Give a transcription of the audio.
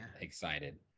Excited